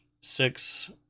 six